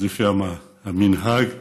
לפי המנהג במרוקו,